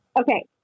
Okay